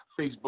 Facebook